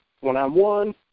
One-on-one